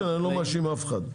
לא משנה, אני לא מאשים אף אחד.